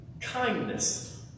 Kindness